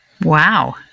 Wow